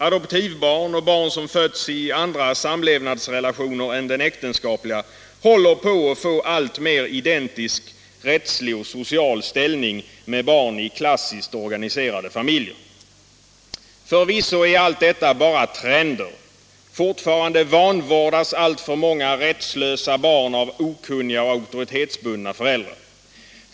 Adoptivbarn och barn som fötts i andra samlevnadsrelationer än den äktenskapliga håller på att få alltmer identisk rättslig och social ställning med barn i klassiskt organiserade familjer. Förvisso är allt detta bara trender. Fortfarande vanvårdas alltför många rättslösa barn av okunniga och auktoritetsbundna föräldrar.